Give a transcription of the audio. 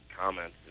comments